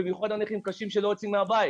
במיוחד לנכים קשים שלא יוצאים מהבית.